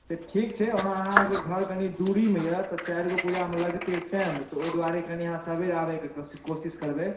तऽ ठीक छै ओना अहाँके घर कनि दूरी मे यऽ तऽ चारि गो पूजा मे लगतै टाइम तऽ ओहि दुआरे कनि अहाँ सबेर आबै कऽ कोशिश करबै